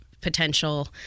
potential